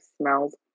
smells